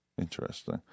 Interesting